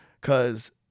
Cause